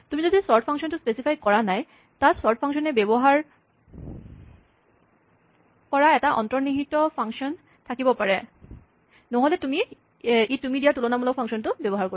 যদি তুমি চৰ্ট ফাংচনটো স্পেচিফাই কৰা নাই তাত চৰ্ট ফাংচনে ব্যৱহাৰ কৰা এটা অন্তনিহিত ফাংচন থাকিব পাৰে নহ'লে ই তুমি দিয়া তুলনা কৰিব পৰা ফাংচনটো ব্যৱহাৰ কৰিব